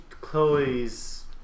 Chloe's